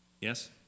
Yes